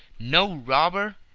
no robber?